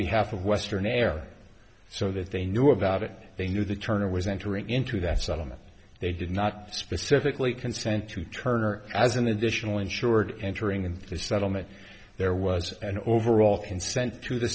behalf of western era so that they knew about it they knew that turner was entering into that settlement they did not specifically consent to turner as an additional insured entering into the settlement there was an overall consent to the